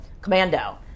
commando